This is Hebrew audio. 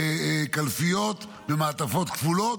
קלפיות במעטפות כפולות,